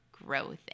growth